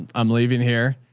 i'm leaving here.